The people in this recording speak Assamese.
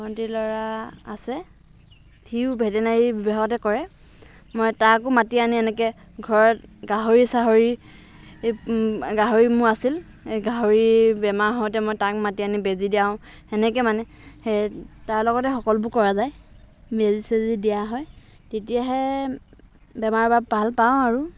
ভণ্টিৰ ল'ৰা আছে সিও ভেটেনাৰি বিভাগতে কৰে মই তাকো মাতি আনি এনেকে ঘৰত গাহৰি চাহৰি গাহৰি মোৰ আছিল এই গাহৰি বেমাৰ হওঁতে মই তাক মাতি আনি বেজি দিয়াওঁ সেনেকৈ মানে সেই তাৰ লগতে সকলোবোৰ কৰা যায় বেজি চেজি দিয়া হয় তেতিয়াহে বেমাৰৰ পৰা ভাল পাওঁ আৰু